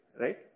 right